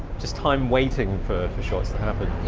just time waiting for for shorts that happen.